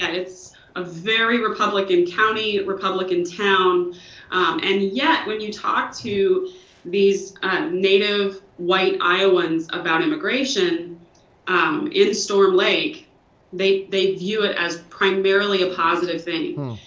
and it's a very republican county, republican town and yit when you talk to these native white iowans about immigration in storm lake they they view it as primarily a positive thing.